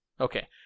Okay